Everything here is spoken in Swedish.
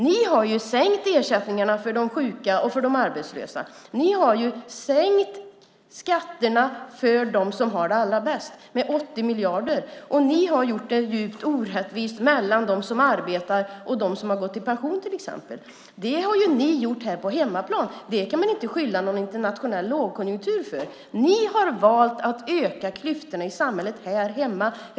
Ni har sänkt ersättningarna för de sjuka och de arbetslösa. Ni har sänkt skatterna för dem som har det allra bäst med 80 miljarder. Ni har gjort det djupt orättvist mellan dem som arbetar och dem som har gått i pension till exempel. Det har ni gjort här på hemmaplan. Det kan man inte beskylla någon internationell lågkonjunktur för. Ni har valt att öka klyftorna i samhället här hemma.